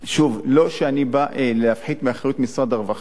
שוב, לא שאני בא להפחית מאחריות משרד הרווחה,